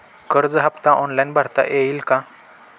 कर्ज हफ्ता ऑनलाईन भरता येईल का?